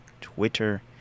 Twitter